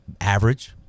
average